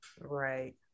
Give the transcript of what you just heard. Right